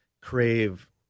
crave